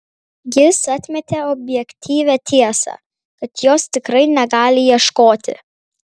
jis atmetė objektyvią tiesą tad jos tikrai negali ieškoti